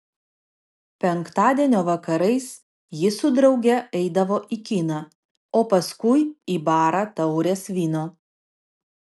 penktadienio vakarais ji su drauge eidavo į kiną o paskui į barą taurės vyno